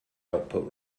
output